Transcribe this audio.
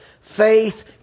faith